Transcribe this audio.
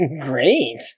Great